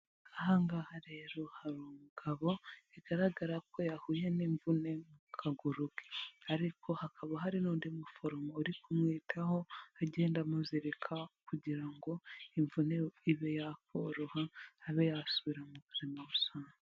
Ahangaha rero hamu umugabo bigaragara ko yahuye n'imvune mu kaguru ke ariko hakaba hari n'undi muforomo uri kumwitaho agenda amuzirika kugira ngo imvune ibe yakoroha abe yasubira mu buzima busanzwe.